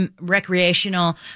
recreational